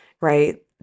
right